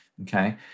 Okay